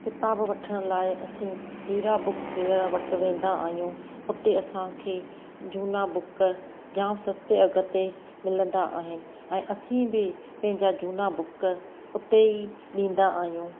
किताब वठण लाइ असीं अहिड़ा बुक्स सेलर वटि वेंदा आहियूं उते असांखे जूना बुक जाम सस्ते अघु ते मिलंदा आहिनि ऐं असीं बि पंहिंजा झूना बुक उते ई ॾींदा आहियूं